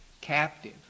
captive